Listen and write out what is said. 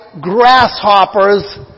grasshoppers